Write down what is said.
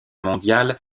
mondiale